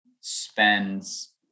spends